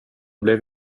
blev